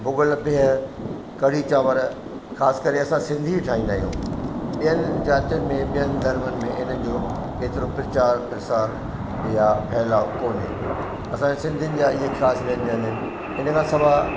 भुॻल बिह कढ़ी चांवर ख़ासि करे असां सिंधी ई ठाहींदा आहियूं ॿियनि जातियुनि में ॿियनि धर्मनि में इन्हनि जो एतिरो प्रचार प्रसार या फैलाव कोन्हे असांजे सिंधियुनि जा इहे ख़ासि व्यंजन आहिनि इन खां सवाइ